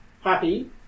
happy